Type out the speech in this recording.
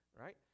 right